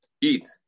eat